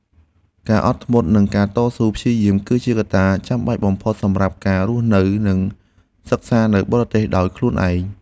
ការអត់ធ្មត់និងការតស៊ូព្យាយាមគឺជាកត្តាចាំបាច់បំផុតសម្រាប់ការរស់នៅនិងសិក្សានៅបរទេសដោយខ្លួនឯង។